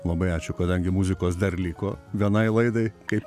labai ačiū kadangi muzikos dar liko vienai laidai kaip